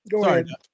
sorry